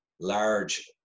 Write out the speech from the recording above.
large